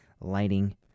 lighting